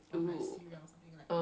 okay